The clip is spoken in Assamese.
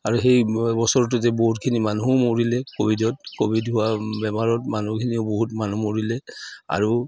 আৰু সেই বছৰটোতে বহুতখিনি মানুহো মৰিলে ক'ভিডত ক'ভিড হোৱা বেমাৰত মানুহখিনিও বহুত মানুহ মৰিলে আৰু